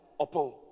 Oppo